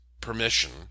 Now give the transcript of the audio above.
permission